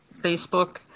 Facebook